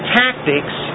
tactics